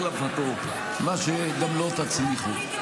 להחלפתו, מה שגם לא תצליחו.